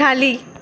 खाली